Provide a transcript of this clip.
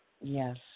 Yes